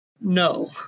No